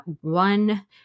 one